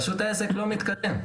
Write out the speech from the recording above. פשוט העסק לא מתקדם.